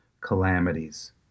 Calamities